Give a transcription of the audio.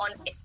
on